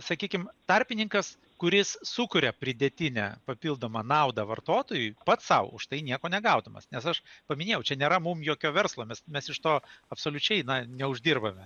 sakykim tarpininkas kuris sukuria pridėtinę papildomą naudą vartotojui pats sau už tai nieko negaudamas nes aš paminėjau čia nėra mum jokio verslo mes mes iš to absoliučiai neuždirbame